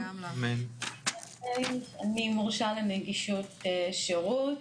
אני מורשה לנגישות שרות.